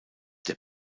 der